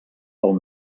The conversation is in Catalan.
pel